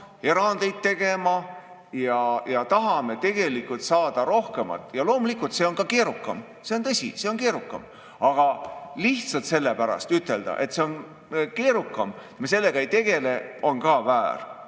erandeid tegema, sest tahame tegelikult saada rohkemat. Ja loomulikult, see on ka keerukam. See on tõsi, see on keerukam. Aga ütelda lihtsalt sellepärast, et see on keerukam, et me sellega ei tegele, on ka väär.